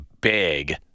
big